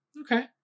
Okay